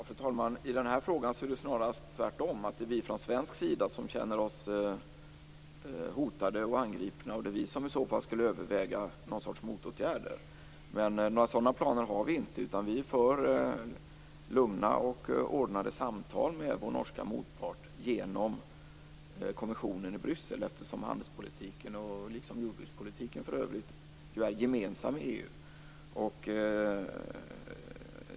Fru talman! I den här frågan är det snarast tvärtom, att det är vi från svensk sida som känner oss hotade och angripna. Det är vi som i så fall skulle överväga någon sorts motåtgärder. Men några sådana planer har vi inte, utan vi för lugna och ordnade samtal med vår norska motpart genom kommissionen i Bryssel eftersom handelspolitiken, liksom för övrigt också jordbrukspolitiken, är gemensam i EU.